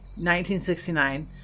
1969